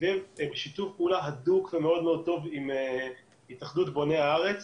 בשיתוף פעולה הדוק ומאוד מאוד טוב עם התאחדות בוני הארץ